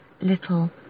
little